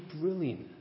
brilliant